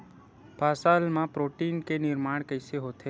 फसल मा प्रोटीन के निर्माण कइसे होथे?